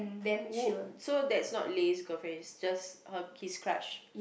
o~ so that's not Lay's girlfriend is just her his crush